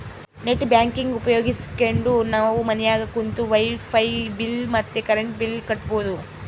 net banking ಉಪಯೋಗಿಸ್ಕೆಂಡು ನಾವು ಮನ್ಯಾಗ ಕುಂತು ವೈಫೈ ಬಿಲ್ ಮತ್ತೆ ಕರೆಂಟ್ ಬಿಲ್ ಕಟ್ಬೋದು